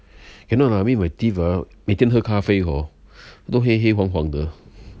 cannot ah I mean my teeth ah 每天喝咖啡 hor 都黑黑黄黄的